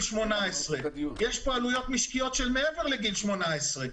18. יש פה עלויות משקיות של מעבר לגיל 18,